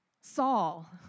Saul